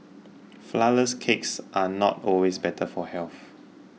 Flourless Cakes are not always better for health